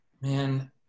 Man